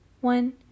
one